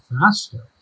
faster